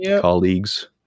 colleagues